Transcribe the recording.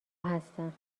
هستم